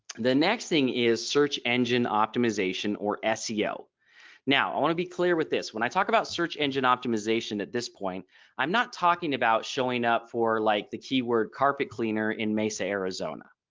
the next thing is search engine optimization or seo now i want to be clear with this when i talk about search engine optimization at this point i'm not talking about showing up for like the keyword carpet cleaner in mesa arizona.